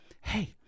hey